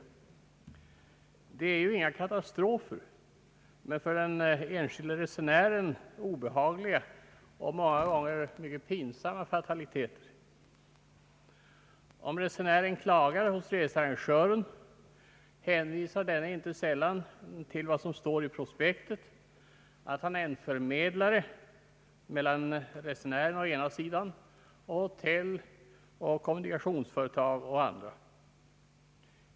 Det innebär ju inte någon katastrof, men för den enskilde resenären utgör dessa händelser obehagliga och många gånger mycket pinsamma fataliteter. Om resenären klagar hos researrangören, hänvisar denne inte sällan till vad som står i prospekten, nämligen att han är en förmedlare mellan resenären å ena sidan samt hotelloch kommunikationsföretag å den andra sidan.